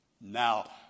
Now